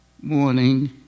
morning